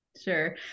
Sure